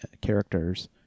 characters